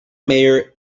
mayor